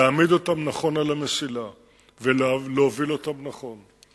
להעמיד אותם נכון על המסילה ולהוביל אותם נכון.